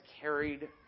carried